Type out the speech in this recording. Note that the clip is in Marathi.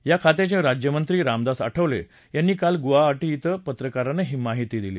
या खात्याचे राज्यमंत्री रामदास आठवले यांनी काल गुवाहाटी धिं पत्रकारांना ही माहिती दिली